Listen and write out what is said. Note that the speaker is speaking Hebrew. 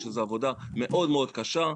שזו עבודה מאוד-מאוד קשה.